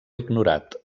ignorat